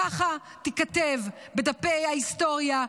ככה תיכתב בדפי ההיסטוריה,